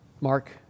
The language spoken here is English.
Mark